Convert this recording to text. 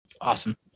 Awesome